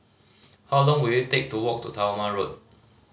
how long will it take to walk to Talma Road